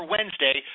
Wednesday